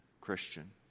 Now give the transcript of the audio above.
Christian